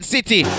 City